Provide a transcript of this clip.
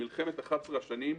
מלחמת 11 השנים,